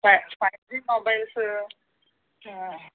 five five G mobiles